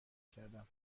کردم